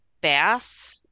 Bath